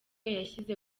yashyize